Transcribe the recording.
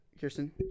Kirsten